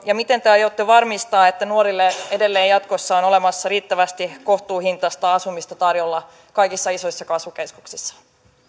ja miten te aiotte varmistaa että nuorille edelleen jatkossa on olemassa riittävästi kohtuuhintaista asumista tarjolla kaikissa isoissa kasvukeskuksissa